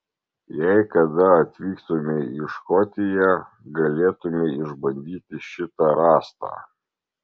jei kada atvyktumei į škotiją galėtumei išbandyti šitą rąstą